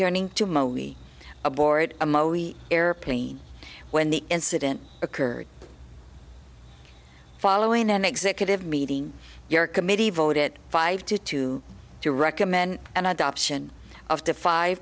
returning to modi aboard a motor airplane when the incident occurred following an executive meeting your committee voted five to two to recommend an adoption of the five